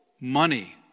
money